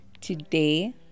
Today